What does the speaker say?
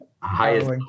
highest